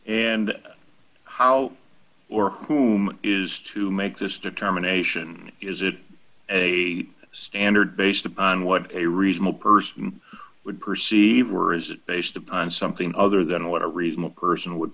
and how or whom is to make this determination is it a standard based upon what a reasonable person would perceive or is it based upon something other than what a reasonable person would